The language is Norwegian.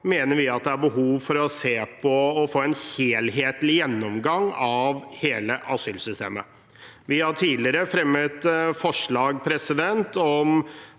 at det er behov for å se på og få en helhetlig gjennomgang av hele asylsystemet. Vi har tidligere fremmet forslag om